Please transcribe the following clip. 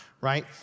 right